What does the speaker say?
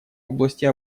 области